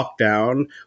lockdown